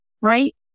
Right